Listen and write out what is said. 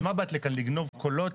אז מה באת לכאן, לגנוב קולות?